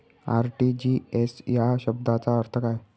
RTGS या शब्दाचा अर्थ काय?